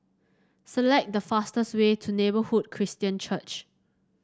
select the fastest way to Neighbourhood Christian Church